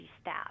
staff